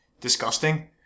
disgusting